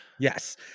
Yes